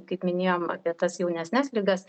kaip minėjom apie tas jaunesnes ligas